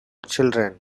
children